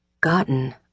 Gotten